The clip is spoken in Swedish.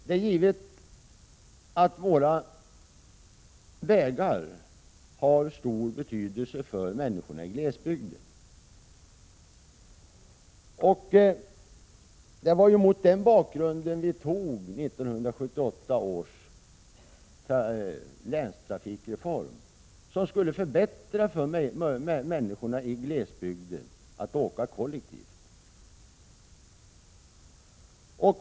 Det är givet att våra vägar har stor betydelse för människornai glesbygden. — Prot. 1986/87:122 Det var mot den bakgrunden som vi beslutade om 1978 års länstrafikreform, 13 maj 1987 som skulle förbättra möjligheterna för människorna i glesbygd att åka kollektivt.